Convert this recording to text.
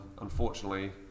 Unfortunately